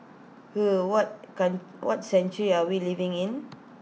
er what can what century are we living in